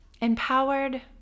Empowered